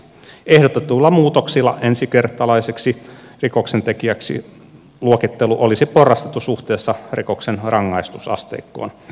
ehdotetuilla muutoksilla ensikertalaiseksi rikoksentekijäksi luokittelu olisi porrastettu suhteessa rikoksen rangaistusasteikkoon